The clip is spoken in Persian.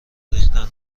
ریختن